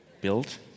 built